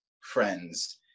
friends